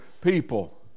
people